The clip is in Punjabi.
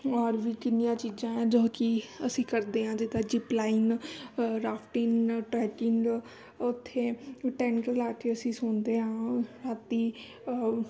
ਔਰ ਵੀ ਕਿੰਨੀਆਂ ਚੀਜ਼ਾਂ ਆਂ ਜੋ ਕਿ ਅਸੀਂ ਕਰਦੇ ਹਾਂ ਜਿੱਦਾਂ ਜਿਪਲਾਈਨ ਰਾਫਟੀਨ ਟਰੈਕਿੰਗ ਉੱਥੇ ਟੈਂਟ ਲਾ ਕੇ ਅਸੀਂ ਸੌਂਦੇ ਹਾਂ ਰਾਤੀਂ